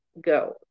go